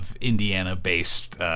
Indiana-based